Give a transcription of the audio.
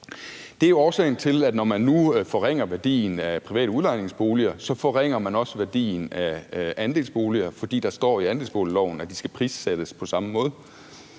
Det er jo årsagen til, at når man nu forringer værdien af private udlejningsboliger, forringer man også værdien af andelsboliger. Det er, fordi der står i andelsboligloven, at de skal prissættes på samme måde.